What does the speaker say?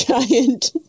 giant